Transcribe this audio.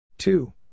Two